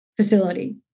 facility